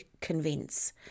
convince